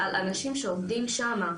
ועל אנשים שעובדים שם.